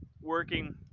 working